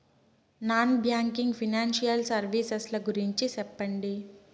Non banking financial services ల గురించి సెప్పండి?